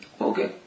Okay